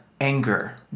anger